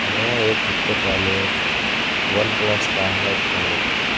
मैं एक हफ्ते पहले एक वनप्लस का हैडफ़ोन लेके आया